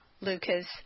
Lucas